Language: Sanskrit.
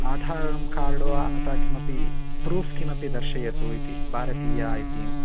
आधारकार्ड् वा अथवा किमपि प्रूफ् किमपि दर्शयतु इति भारतीयाः इति